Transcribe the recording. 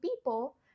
people